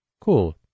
Cool